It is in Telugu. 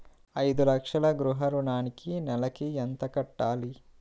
ఐదు లక్షల గృహ ఋణానికి నెలకి ఎంత కట్టాలి?